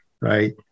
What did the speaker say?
right